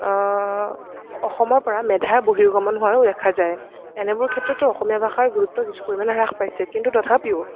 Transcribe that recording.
অসমৰপৰা মেধাৰ বৰ্হিগমণ হোৱাও দেখা যায় এনেবোৰ ক্ষেত্ৰতো অসমীয়া ভাষাৰ গুৰুত্ব কিছু পৰিমাণে হ্ৰাস পাইছে কিন্তু তথাপিও